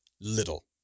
little